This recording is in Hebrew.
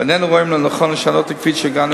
ואיננו רואים לנכון לשנות את הקביעות שהגענו